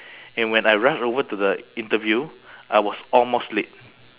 and when I rush over to the interview I was almost late